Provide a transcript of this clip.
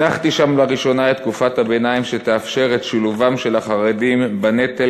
הנחתי שם לראשונה את תקופת הביניים שתאפשר את שילובם של החרדים בנטל,